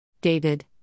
David